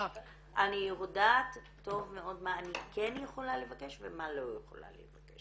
אני יודעת טוב מאוד מה אני כן יכולה לבקש ומה אני לא יכולה לבקש.